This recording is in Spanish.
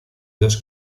dos